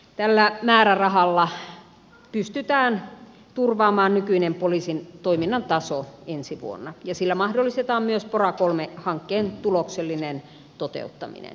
tällä määrärahalla pystytään turvaamaan nykyinen poliisin toiminnan taso ensi vuonna ja sillä mahdollistetaan myös pora iii hankkeen tuloksellinen toteuttaminen